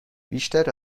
بیشتر